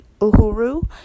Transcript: Uhuru